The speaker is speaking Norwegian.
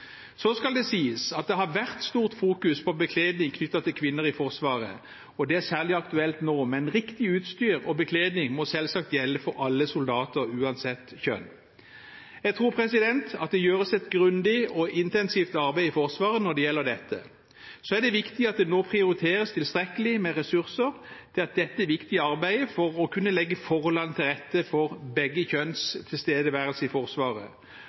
Så skal det sies at det har vært stort fokus på bekledning knyttet til kvinner i Forsvaret, og det er særlig aktuelt nå, men riktig utstyr og bekledning må selvsagt gjelde for alle soldater, uansett kjønn. Jeg tror at det gjøres et grundig og intensivt arbeid i Forsvaret med dette. Så er det viktig at det nå prioriteres tilstrekkelig med ressurser til dette for å kunne legge forholdene til rette for begge kjønns tilstedeværelse i Forsvaret,